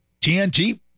TNT